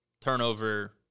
turnover